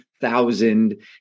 Thousand